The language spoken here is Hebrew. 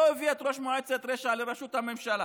לא הביא את ראש מועצת רשע לראשות הממשלה,